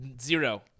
Zero